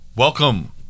Welcome